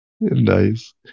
nice